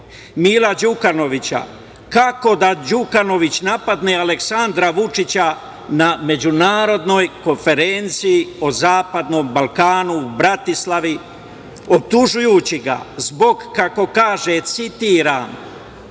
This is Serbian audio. Mila Đukanovića kako da Đukanović napadne Aleksandra Vučića na Međunarodnoj konferenciji o Zapadnom Balkanu u Bratislavi, optužujući ga zbog, kako kaže, citiram